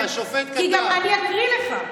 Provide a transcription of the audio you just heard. אני אקריא לך.